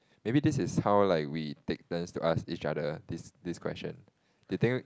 maybe this is how like we take turns to ask each other this this question did take